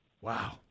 wow